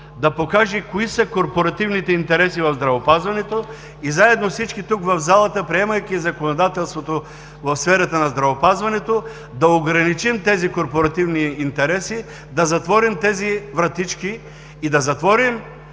да покаже кои са корпоративните интереси в здравеопазването и заедно всички в залата, приемайки законодателството в сферата на здравеопазването, да ограничим тези корпоративни интереси, да затворим тези вратички и да затворим